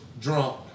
drunk